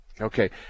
Okay